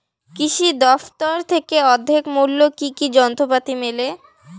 কৃষি দফতর থেকে অর্ধেক মূল্য কি কি যন্ত্রপাতি মেলে?